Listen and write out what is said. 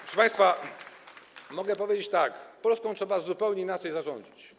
Proszę państwa, mogę powiedzieć tak: Polską trzeba zupełnie inaczej zarządzać.